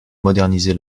moderniser